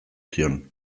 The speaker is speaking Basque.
zion